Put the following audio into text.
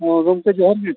ᱦᱮᱸ ᱜᱚᱢᱠᱮ ᱡᱚᱦᱟᱨ ᱜᱮ